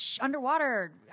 underwater